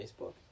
Facebook